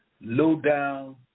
low-down